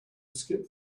skip